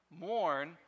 mourn